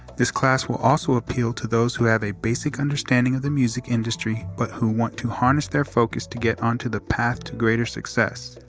this class will also appeal to those who have a basic understanding of the music industry, but who want to harness their focus to get onto the path to greater success.